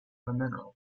mineral